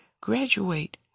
Graduate